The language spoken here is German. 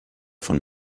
von